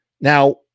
Now